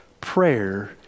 prayer